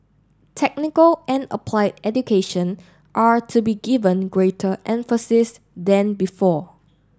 technical and applied education are to be given greater emphasis than before